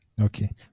Okay